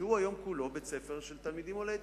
שהוא היום כולו בית-ספר של תלמידים עולי אתיופיה.